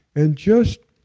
and just